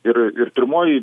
ir ir pirmoji